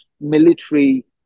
military